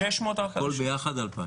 הכול ביחד 2,000